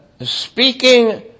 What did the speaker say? speaking